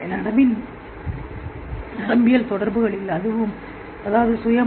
எனவே நனவின் நரம்பியல் தொடர்புகள் அதாவது சுயமாக